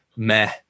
meh